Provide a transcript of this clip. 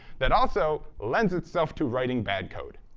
that also lends itself to writing bad code.